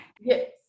Yes